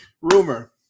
Rumor